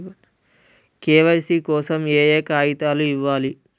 KYC కోసం ఏయే కాగితాలు ఇవ్వాలి?